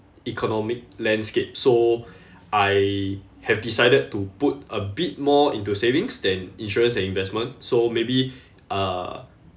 economic landscapes so I have decided to put a bit more into savings than insurance and investment so maybe uh